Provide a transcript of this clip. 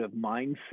mindset